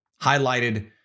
highlighted